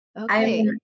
Okay